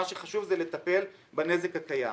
מה שחשוב זה לטפל בנזק הקיים.